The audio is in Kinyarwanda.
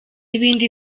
ibindi